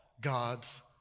God's